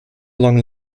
long